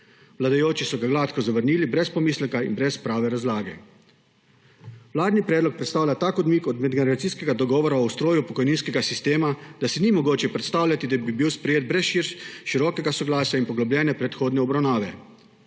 Vladajoči so ga gladko zavrnili brez pomisleka in brez prave razlage. Vladni predlog predstavlja tak odmik od generacijskega dogovora o ustroju pokojninskega sistema, da si ni mogoče predstavljati, da bi bil sprejet brez širokega soglasja in poglobljene predhodne obravnave.